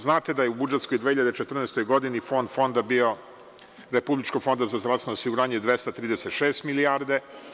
Znate da je u budžetskoj 2014. godini fond fonda bio, Republičkog fonda za zdravstveno osiguranje 236 milijardi.